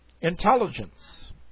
intelligence